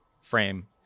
frame